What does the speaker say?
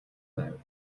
байв